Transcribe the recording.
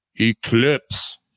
Eclipse